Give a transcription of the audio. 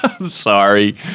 Sorry